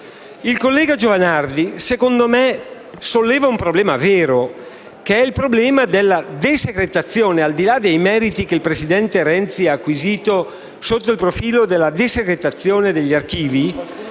Il collega Giovanardi solleva un problema vero, che è quello della desecretazione. Al di là dei meriti che indubbiamente il presidente Renzi ha acquisito sotto il profilo della desecretazione degli archivi,